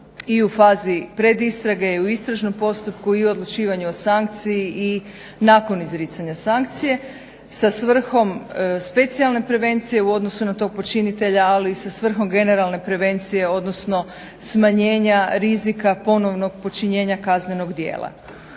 i u fazi predistrage i u istražnom postupku i u odlučivanju o sankciji i nakon izricanja sankcije sa svrhom specijalne prevencije u odnosu na tog počinitelja, ali i sa svrhom generalne prevencije odnosno smanjenja rizika ponovnog počinjenja kaznenog djela.